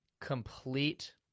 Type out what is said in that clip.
complete